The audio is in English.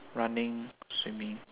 running swimming